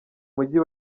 mujyi